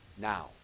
now